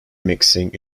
mixing